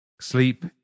sleep